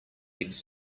eggs